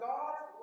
God's